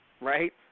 right